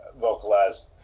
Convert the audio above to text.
vocalized